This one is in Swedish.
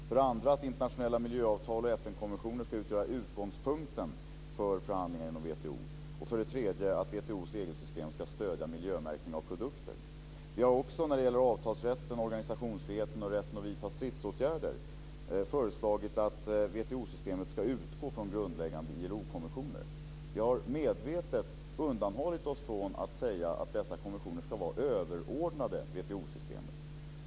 För det andra att internationella miljöavtal och FN-konventioner ska utgöra utgångspunkten för förhandlingarna inom WTO. För det tredje att WTO:s regelsystem ska stödja miljömärkning av produkter. Vi har också när det gäller avtalsrätten, organisationsfriheten och rätten att vidta stridsåtgärder föreslagit att WTO-systemet ska utgå från grundläggande ILO-konventioner. Vi har medvetet avhållit oss från att säga att dessa konventioner ska vara överordnade WTO-systemet.